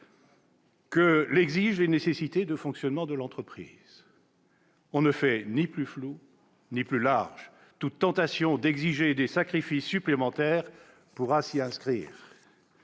que l'exigent les nécessités de fonctionnement de l'entreprise ». On ne saurait faire plus flou ni plus large ! Toute tentation d'exiger des sacrifices supplémentaires pourra se donner